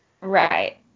right